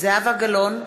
זהבה גלאון,